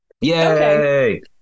Yay